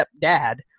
stepdad